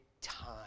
time